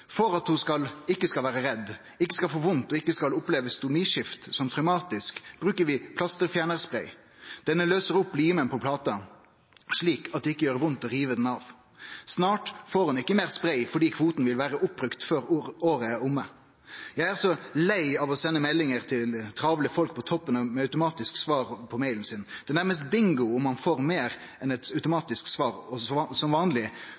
For at hun ikke skal være redd, ikke skal få vondt og ikke skal oppleve stomiskift som traumatisk bruker vi plasterfjernerspray. Denne løser opp limen på plata slik at det ikke gjør vondt å rive den av. Snart får hun ikke mer spray fordi kvoten vil være oppbrukt før året er omme. Jeg er så lei av å sende meldinger til travle folk på toppen med automatisk svar på mailen sin. Det er nærmest bingo om man får mer enn et